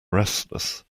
restless